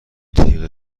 تیغ